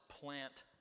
plant